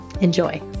Enjoy